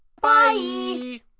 Bye